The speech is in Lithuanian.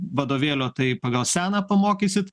vadovėlio tai pagal seną pamokysit